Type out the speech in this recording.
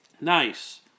Nice